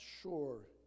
sure